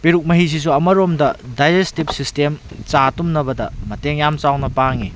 ꯄꯦꯔꯨꯛ ꯃꯍꯤꯁꯤꯁꯨ ꯑꯃꯔꯣꯝꯗ ꯗꯥꯏꯖꯦꯁꯇꯤꯕ ꯁꯤꯁꯇꯦꯝ ꯆꯥ ꯇꯨꯝꯅꯕꯗ ꯃꯇꯦꯡ ꯌꯥꯝ ꯆꯥꯎꯅ ꯄꯥꯡꯉꯤ